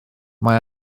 mae